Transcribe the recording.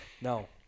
No